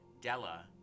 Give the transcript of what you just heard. Della